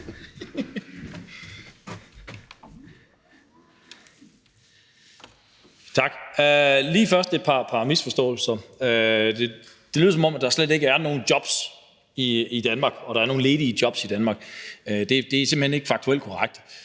Tak. Lige først et par misforståelser: Det lyder, som om der slet ikke er nogen jobs i Danmark – at der ikke er nogen ledige jobs i Danmark. Det er simpelt hen ikke faktuelt korrekt.